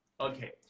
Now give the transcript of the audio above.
Okay